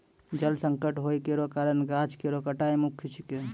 जल संकट होय केरो कारण गाछ केरो कटाई मुख्य छिकै